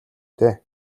дээ